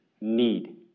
need